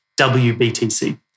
WBTC